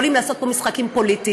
יכולים לעשות פה משחקים פוליטיים.